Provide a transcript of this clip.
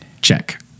Check